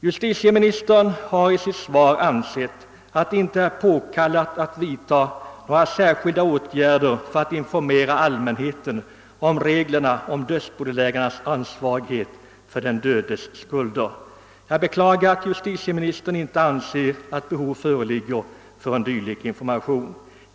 Justitieministern har i sitt svar ansett att det inte är påkallat att vidta några särskilda åtgärder för att informera allmänheten om reglerna om dödsbodelägarnas ansvarighet för den dödes skulder. Jag beklagar att justitieministern inte anser att behov föreligger av en dylik information.